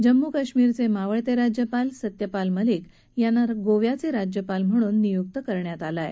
जम्मू काश्मीरचे मावळते राज्यपाल सत्यपाल मलिक यांना गोव्याचे राज्यपाल म्हणून नियुक करण्यात आलं आहे